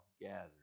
gathered